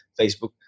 Facebook